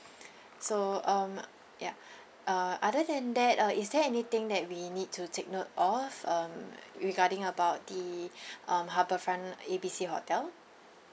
so um ya uh other than that uh is there anything that we need to take note of um regarding about the harbourfront A B C hotel